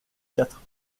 quatre